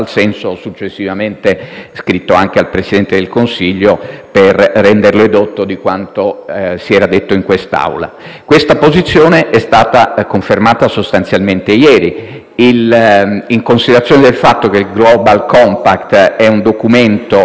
per renderlo edotto di si era detto in quest'Aula. Questa posizione è stata confermata sostanzialmente ieri. In considerazione del fatto che il Global compact è un documento con una sua complessità, che tocca temi